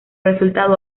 resultado